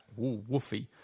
woofy